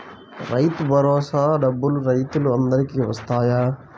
రైతు భరోసా డబ్బులు రైతులు అందరికి వస్తాయా?